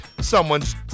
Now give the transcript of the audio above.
someone's